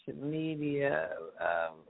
media